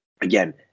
again